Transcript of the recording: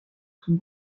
sont